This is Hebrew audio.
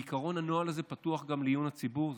בעיקרון הנוהל הזה פתוח גם לעיון הציבור,